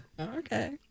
Okay